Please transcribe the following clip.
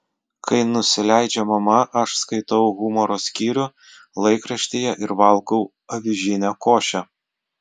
kai nusileidžia mama aš skaitau humoro skyrių laikraštyje ir valgau avižinę košę